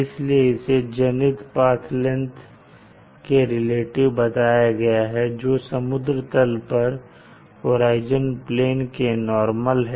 इसलिए इसे zenith path length के रिलेटिव बताया गया है जो समुद्र तल पर होराइजन प्लेन के नॉर्मल है